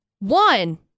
One